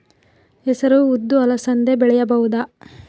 ಹೆಸರು ಉದ್ದು ಅಲಸಂದೆ ಬೆಳೆಯಬಹುದಾ?